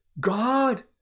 God